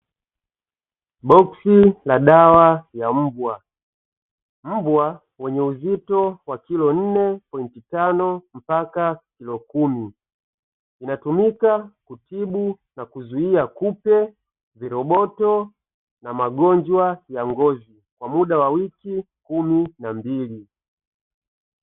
Boksi la dawa ya mbwa, mbwa wenye uzito wa kilo nne pointi tano mpaka kilo kumi, inatumika kutibu na kuzuia kupe, viroboto na magonjwa ya ngozi kwa muda wa wiki kumi na mbili.